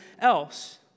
else